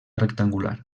rectangular